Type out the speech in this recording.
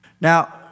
Now